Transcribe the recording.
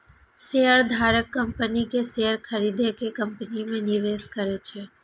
शेयरधारक कंपनी के शेयर खरीद के कंपनी मे निवेश करै छै